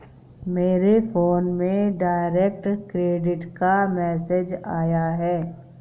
मेरे फोन में direct credit का मैसेज आया है